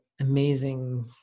amazing